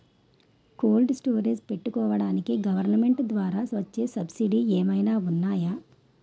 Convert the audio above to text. Cold storage పెట్టుకోడానికి government ద్వారా వచ్చే సబ్సిడీ ఏమైనా ఉన్నాయా?